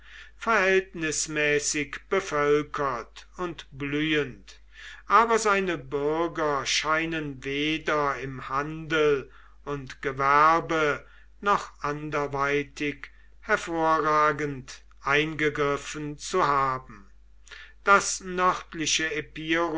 verhältnismäßig bevölkert und blühend aber seine bürger scheinen weder im handel und gewerbe noch anderweitig hervorragend eingegriffen zu haben das nördliche